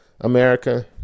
America